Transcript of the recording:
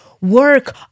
work